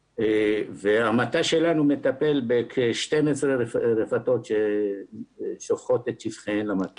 המט"ש שלנו מטפל בכ-12 רפתות ששופכות את שפכיהן למט"ש.